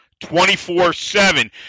24-7